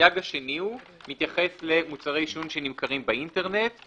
הסייג השני מתייחס למוצרי עישון שנמכרים באינטרנט,